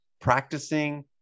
practicing